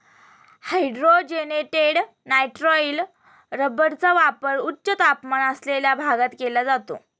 hydrogenated nitrile रबरचा वापर उच्च तापमान असलेल्या भागात केला जातो